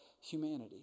humanity